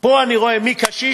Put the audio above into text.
פה אני רואה מי קשיש,